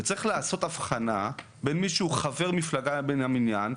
וצריך לעשות הבחנה בין מי שהוא חבר מפלגה מן המניין,